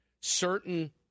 certain